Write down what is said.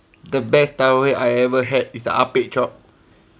the best tau huay I ever had is ah peh chop